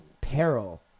peril